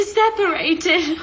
separated